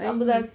I see